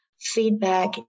feedback